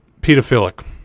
pedophilic